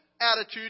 attitude